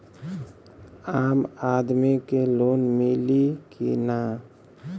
आम आदमी के लोन मिली कि ना?